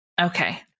Okay